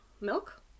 milk